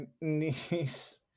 niece